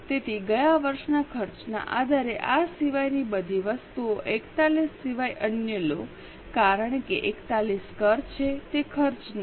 તેથી ગયા વર્ષના ખર્ચના આધારે આ સિવાયની બધી વસ્તુઓ 41 સિવાય અન્ય લો કારણ કે 41 કર છે તે ખર્ચ નથી